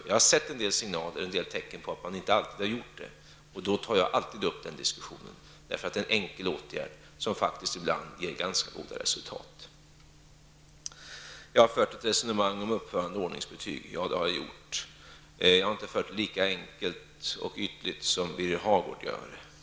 Jag har sett en del signaler och tecken på att man inte alltid har gjort det. Då tar jag alltid upp den diskussionen, eftersom det är en enkel åtgärd som ibland faktiskt ger ganska goda resultat. Ja, jag har fört ett resonemang om uppförande och ordningsbetyg, men jag har inte fört det lika enkelt och ytligt som Birger Hagård gör.